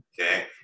Okay